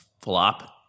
flop